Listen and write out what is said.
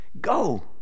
go